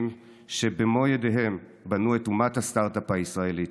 שבמו ידיהם בנו את אומת הסטרטאפ הישראלית.